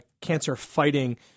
cancer-fighting